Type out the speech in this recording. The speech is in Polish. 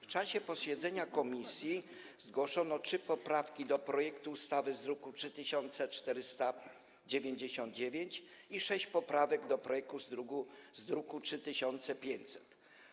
Podczas posiedzenia komisji zgłoszono trzy poprawki do projektu ustawy z druku nr 3499 i sześć poprawek do projektu z druku nr 3500.